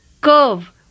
curve